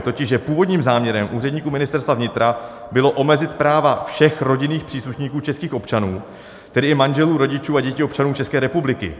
Totiž že původním záměrem úředníků Ministerstva vnitra bylo omezit práva všech rodinných příslušníků českých občanů, tedy i manželů, rodičů a dětí občanů České republiky.